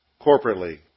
corporately